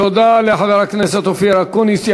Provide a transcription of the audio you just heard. תודה לחבר הכנסת אופיר אקוניס.